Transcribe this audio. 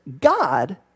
God